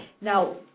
Now